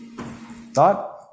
Thought